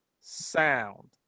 sound